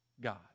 God